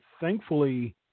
thankfully